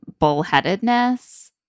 bullheadedness